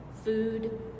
food